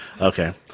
okay